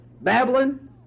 Babylon